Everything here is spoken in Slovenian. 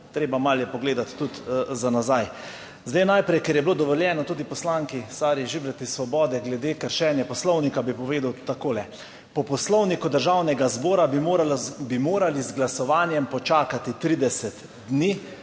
Treba malo je pogledati tudi za nazaj. Zdaj najprej, ker je bilo dovoljeno tudi poslanki Sari Žibrat iz Svobode glede kršenja Poslovnika, bi povedal takole. Po Poslovniku Državnega zbora bi morala, bi morali z glasovanjem počakati 30 dni,